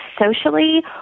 socially